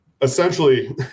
essentially